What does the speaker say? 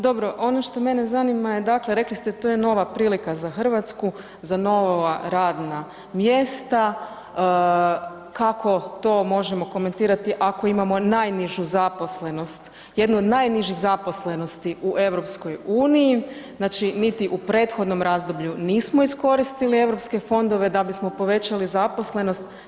Dobro, ono što mene zanima je dakle, rekli ste, to je nova prilika za Hrvatsku, za nova radna mjesta, kako to možemo komentirati ako imamo najnižu zaposlenost, jednu od najnižih zaposlenosti u EU, znači niti u prethodnom razdoblju nismo iskoristili EU fondove da bismo povećali zaposlenost.